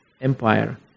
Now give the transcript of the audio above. empire